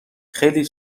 خیلی